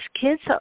kids